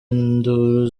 induru